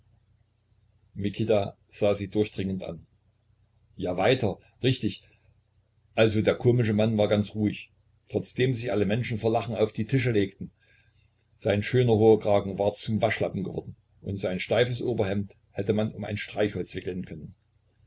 mikita sah sie durchdringend an ja weiter richtig also der komische mann war ganz ruhig trotzdem alle menschen vor lachen sich auf die tische legten sein schöner hoher kragen war zum waschlappen geworden und sein steifes oberhemd hätte man um ein streichholz wickeln können